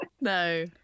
No